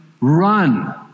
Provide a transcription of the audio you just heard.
run